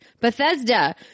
Bethesda